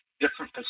different